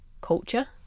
culture